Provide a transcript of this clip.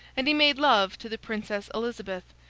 and he made love to the princess elizabeth,